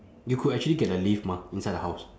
you could actually get a lift mah inside the house